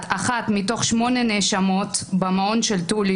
אחת מתוך שמונה נאשמות ב'המעון של טולי',